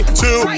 two